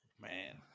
Man